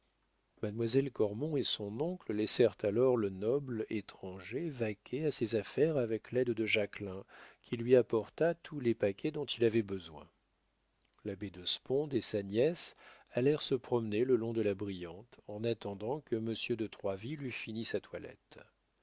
mademoiselle cormon et son oncle laissèrent alors le noble étranger vaquer à ses affaires avec l'aide de jacquelin qui lui apporta tous les paquets dont il avait besoin l'abbé de sponde et sa nièce allèrent se promener le long de la brillante en attendant que monsieur de troisville eût fini sa toilette